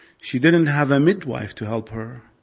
she didn't have a midwife to help her,